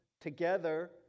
Together